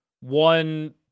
one